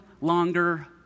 longer